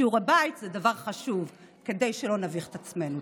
שיעורי בית זה דבר חשוב, כדי שלא נביך את עצמנו.